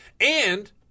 And-